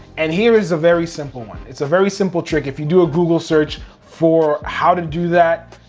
and here is a very simple one. it's a very simple trick, if you do a google search for how to do that,